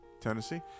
Tennessee